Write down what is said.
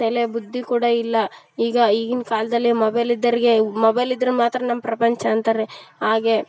ತಲೆ ಬುದ್ದಿ ಕೂಡ ಇಲ್ಲ ಈಗ ಈಗಿನ ಕಾಲದಲ್ಲಿ ಮೊಬೈಲ್ ಇದ್ದೋರ್ಗೆ ಮೊಬೈಲ್ ಇದ್ರೆ ಮಾತ್ರ ನಮ್ಮ ಪ್ರಪಂಚ ಅಂತಾರೆ ರೀ ಹಾಗೆ